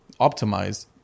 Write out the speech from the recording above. optimize